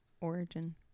origin